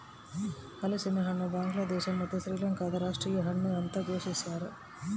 ಹಲಸಿನಹಣ್ಣು ಬಾಂಗ್ಲಾದೇಶ ಮತ್ತು ಶ್ರೀಲಂಕಾದ ರಾಷ್ಟೀಯ ಹಣ್ಣು ಅಂತ ಘೋಷಿಸ್ಯಾರ